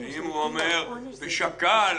ואם הוא אומר: שקל,